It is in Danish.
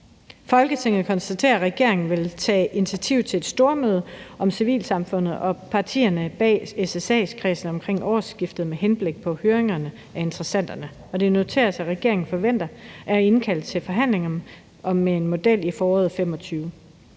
Folketinget konstaterer, at regeringen vil tage initiativ til et stormøde med civilsamfundet og partierne i SSA-kredsen omkring årsskiftet med henblik på høring af interessenterne. Det noteres, at regeringen forventer at indkalde til forhandlinger om en model i foråret 2025.